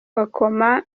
akoma